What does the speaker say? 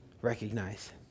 recognize